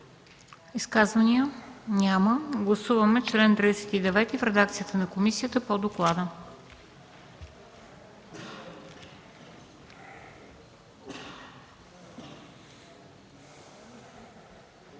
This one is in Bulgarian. Изказвания? Няма. Гласуваме чл. 39 в редакцията на комисията по доклада.